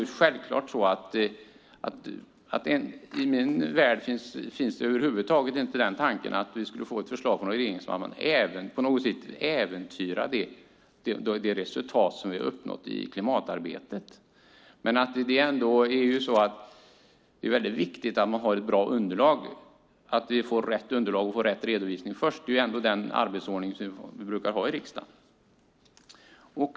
I min värld finns över huvud taget inte tanken att vi får ett förslag från regeringen som på något sätt skulle äventyra de resultat som vi uppnått i klimatarbetet. Dock är det mycket viktigt att ha ett bra underlag, att vi först får rätt underlag och rätt redovisning. Det är ändå den arbetsordningen som vi brukar ha i riksdagen.